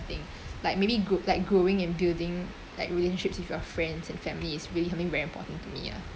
like maybe gro~ like growing and building like relationships with your friends and family is really something very important to me ah